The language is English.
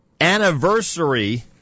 anniversary